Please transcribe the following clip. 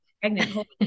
Pregnant